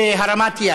כן.